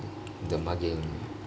the muggingk